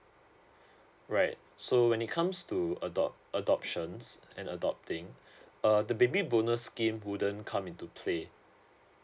right so when it comes to adopt adoptions and adopting uh the baby bonus scheme wouldn't come into play